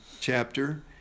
chapter